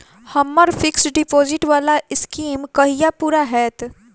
हम्मर fixed deposit वला scheme कहिया पूरा हैत?